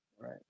Right